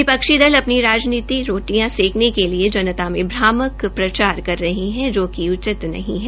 विपक्षी दल अपनी राजनीति रोटियों सेकने के लिए जनता में भामक प्रचार कर रहे है जोकि उचित नहीं है